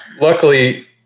Luckily